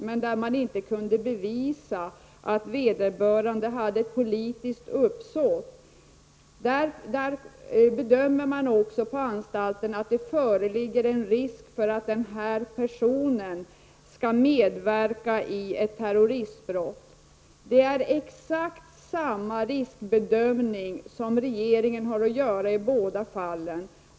Men man kan inte bevisa att vederbörande hade ett politiskt uppsåt. Också på anstalten bedömer man att de föreligger risk för att personen kan medverka i terroristbrott. Det är exakt samma riskbedömning som regeringen har att göra i båda fallen.